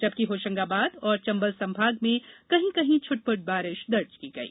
जबकि होशंगाबाद और चंबल संभाग में कहीं कहीं छुट पुट बारिश दर्ज की गई